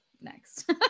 next